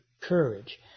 courage